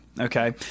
okay